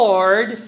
Lord